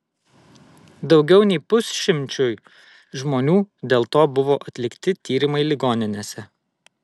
daugiau nei pusšimčiui žmonių dėl to buvo atlikti tyrimai ligoninėse